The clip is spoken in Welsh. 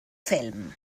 ffilm